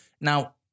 Now